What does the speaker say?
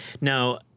Now